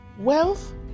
wealth